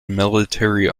military